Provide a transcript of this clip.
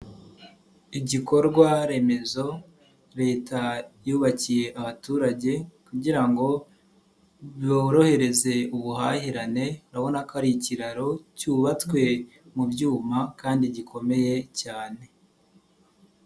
Igikorwa remezo Leta yubakiye abaturage kugira ngo yorohereze ubuhahirane, urabona ko ari ikiraro cyubatswe mu byuma kandi gikomeye cyane.